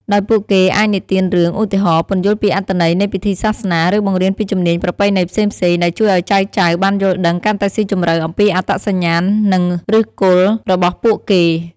ដោយពួកគេអាចនិទានរឿង ឧទាហរណ៍ ពន្យល់ពីអត្ថន័យនៃពិធីសាសនា ឬបង្រៀនពីជំនាញប្រពៃណីផ្សេងៗ ដែលជួយឲ្យចៅៗបានយល់ដឹងកាន់តែស៊ីជម្រៅអំពីអត្តសញ្ញាណ និងឫសគល់របស់ពួកគេ។